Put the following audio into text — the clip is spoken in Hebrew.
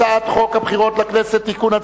הצעת חוק הבחירות לכנסת (תיקון,